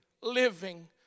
living